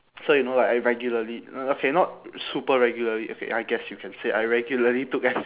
so you know like I regularly uh okay not super regularly okay I guess you can say I regularly took M